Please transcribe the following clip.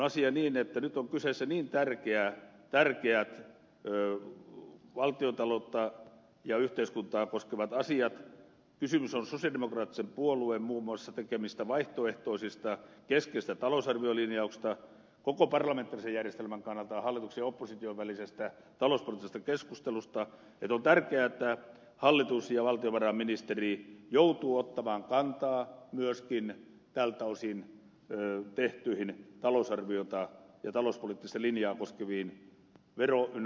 asia on niin että nyt ovat kyseessä niin tärkeät valtiontaloutta ja yhteiskuntaa koskevat asiat kysymys on muun muassa sosialidemokraattisen puolueen tekemistä vaihtoehtoisista keskeisistä talousarviolinjauksista koko parlamentaarisen järjestelmän kannalta hallituksen ja opposition välisestä talouspoliittisesta keskustelusta että on tärkeää että hallitus ja valtiovarainministeri joutuvat ottamaan kantaa myöskin tältä osin tehtyihin talousarviota ja talouspoliittista linjaa koskeviin vero ynnä muuta